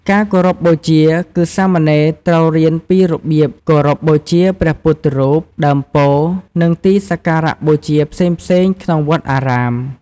ការគោរពបូជា គឺសាមណេរត្រូវរៀនពីរបៀបគោរពបូជាព្រះពុទ្ធរូប ដើមពោធិ៍ និងទីសក្ការៈបូជាផ្សេងៗក្នុងវត្តអារាម។